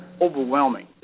overwhelming